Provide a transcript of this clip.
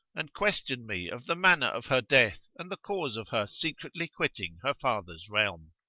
and questioned me of the manner of her death and the cause of her secretly quitting her father's realm.